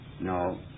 No